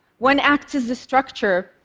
one acts as the structure,